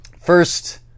First